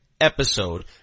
episode